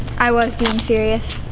i was being serious.